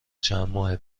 چندماه